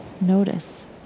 notice